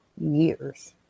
years